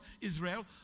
Israel